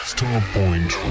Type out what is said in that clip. StarPoint